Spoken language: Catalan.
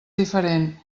diferent